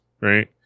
right